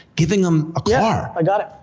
giving em a car. i got it.